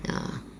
ya